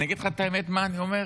אני אגיד לך את האמת, מה אני אומר?